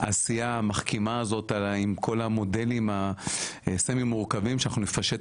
העשייה המחכימה הזאת עם כל המודלים הסמי-מורכבים שאנחנו נפשט